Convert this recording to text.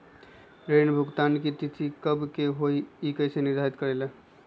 ऋण भुगतान की तिथि कव के होई इ के निर्धारित करेला?